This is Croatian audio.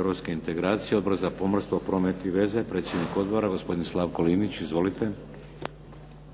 europske integracije, Odbor za pomorstvo, promet i veze. Predsjednik odbora gospodin Slavko Linić. Izvolite.